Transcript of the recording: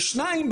ושניים,